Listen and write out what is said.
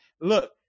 Look